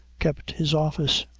kept his office.